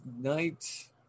night